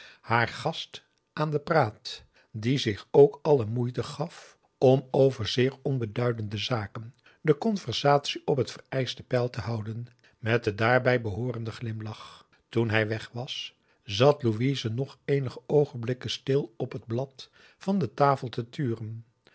haar gast aan den praat die zich ook alle moeite gaf om over zeer onbeduidende zaken de conversatie op het vereischte peil te houden met den daarbij behoorenden glimlach toen hij weg was zat louise nog eenige oogenblikken stil op het blad van de tafel te turen